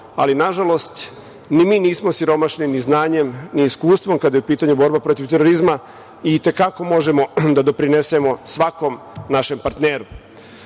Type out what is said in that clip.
ali, nažalost, ni mi nismo siromašni ni znanjem ni iskustvom kada je u pitanju borba protiv terorizma, i te kako možemo da doprinesemo svakom našem partneru.